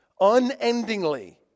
unendingly